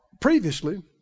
previously